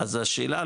אז השאלה,